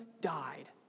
died